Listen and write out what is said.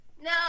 No